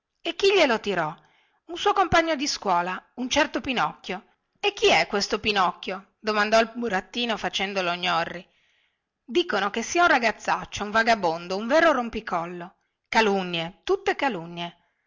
e chi glielo tirò un suo compagno di scuola un certo pinocchio e chi è questo pinocchio domandò il burattino facendo lo gnorri dicono che sia un ragazzaccio un vagabondo un vero rompicollo calunnie tutte calunnie